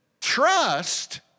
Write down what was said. Trust